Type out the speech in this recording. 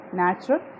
natural